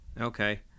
Okay